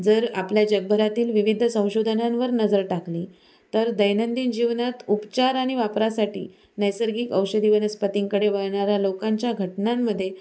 जर आपल्या जगभरातील विविध संशोधनांवर नजर टाकली तर दैनंदिन जीवनात उपचार आणि वापरासाठी नैसर्गिक औषधी वनस्पतींकडे वळणाऱ्या लोकांच्या घटनांमध्ये